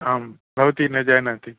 आं भवती न जानाति